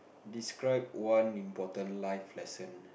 describe one important life lesson